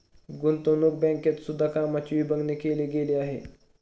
गुतंवणूक बँकेत सुद्धा कामाची विभागणी केली गेली आहे